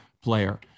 player